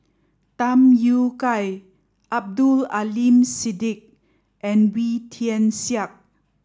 Tham Yui Kai Abdul Aleem Siddique and Wee Tian Siak